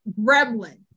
gremlin